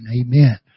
amen